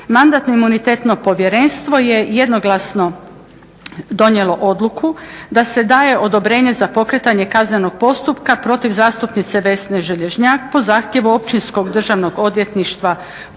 Mandatno imunitetno povjerenstvo je jednoglasno donijelo odluku da se daje odobrenje za pokretanje kaznenog postupka protiv zastupnice Vesne Želježnjak po zahtjevu općinskog Državnog odvjetništva u Varaždinu